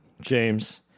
James